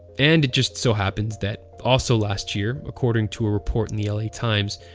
and, it just so happens that, also last year, according to a report in the la times,